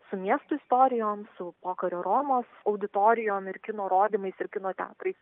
su miestų istorijom su pokario romos auditorijom ir kino rodymais ir kino teatrais